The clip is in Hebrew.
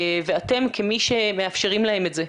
ואתם כמי שמאפשרים להם את זה,